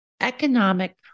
economic